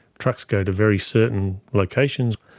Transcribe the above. trucks go to very certain locations,